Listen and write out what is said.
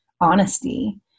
honesty